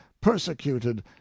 persecuted